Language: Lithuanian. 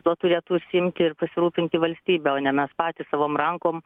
tuo turėtų užsiimti ir pasirūpinti valstybė o ne mes patys savom rankom